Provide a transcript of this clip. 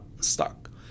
stuck